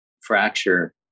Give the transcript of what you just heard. fracture